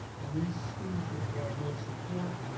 and these students require more support,